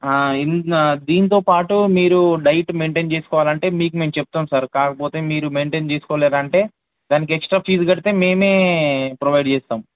దీనితో పాటు మీరు డైట్ మెయింటైన్ చేసుకోవాలంటే మీకు మేము చెప్తాం సార్ కాకపోతే మీరు మెయింటైన్ చేసుకోలేరు అంటే దానికి ఎక్స్ట్రా ఫీజు కడితే మేమే ప్రొవైడ్ చేస్తాం